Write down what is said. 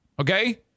Okay